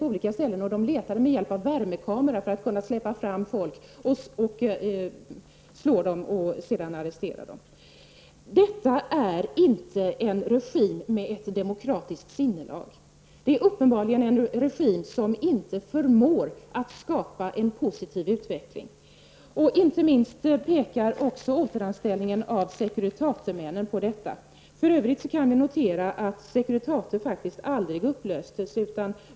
Polisen letade med värmekamera för att kunna släpa fram folk, slå dem och sedan arrestera dem. Detta är inte en regim med ett demokratiskt sinnelag. Det är uppenbarligen en regim som inte förmår att skapa en positiv utveckling. Inte minst pekar återanställningen av Securitatemännen på detta. För övrigt kan vi notera att Securitate faktiskt aldrig upplöstes.